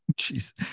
Jeez